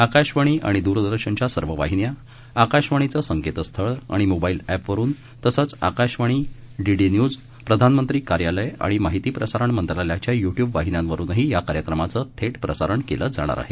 आकाशवाणीआणिद्रदर्शनच्यासर्ववाहिन्या आकाशवाणीचंसंकेतस्थळआणिमोबाईलएप तसंचआकाशवाणी डीडीन्यूज वरून प्रधानंत्रीकार्यालयआणिमाहितीप्रसारणमंत्रालयाच्यायुट्युबवाहिन्यांवरूनहीयाकार्यक्रमाचंथेटप्रसारणकेलंजा णारआहे